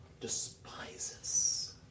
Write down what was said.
despises